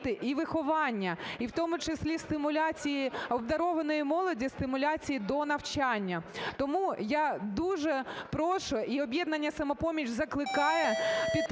і виховання, і в тому числі стимуляції обдарованої молоді стимуляції до навчання. Тому я дуже прошу і "Об'єднання "Самопоміч" закликає підтримувати